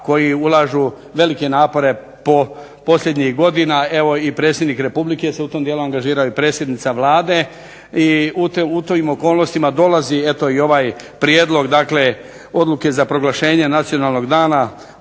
koji ulažu velike napore posljednjih godina, evo i predsjednik Republike se u tom dijelu angažirao i predsjednica Vlade, i u tim okolnostima dolazi eto i ovaj prijedlog dakle odluke za proglašenje nacionalnog dana